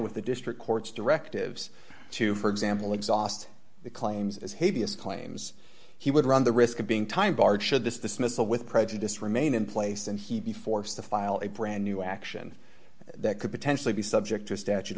with the district court's directives to for example exhaust the claims as hevia claims he would run the risk of being time barred should dismissal with prejudice remain in place and he'd be forced to file a brand new action that could potentially be subject to a statute